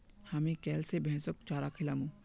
हामी कैल स भैंसक चारा खिलामू